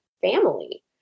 family